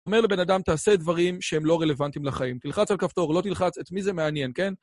אומר לבן אדם תעשה דברים שהם לא רלוונטיים לחיים. תלחץ על כפתור, לא תלחץ את מי זה מעניין, כן?